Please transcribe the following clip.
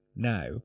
now